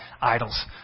idols